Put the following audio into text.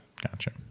gotcha